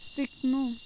सिक्नु